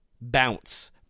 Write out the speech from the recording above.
Bounce